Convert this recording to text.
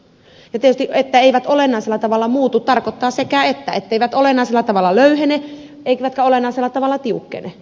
ja tietysti että eivät olennaisella tavalla muutu tarkoittaa sekä etteivät olennaisella tavalla löyhene että eivätkä olennaisella tavalla tiukkene